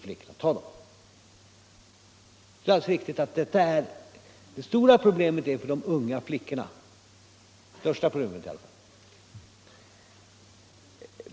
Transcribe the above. Det är alldeles riktigt att det stora problemet är att skaffa arbete åt de unga flickorna.